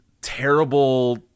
terrible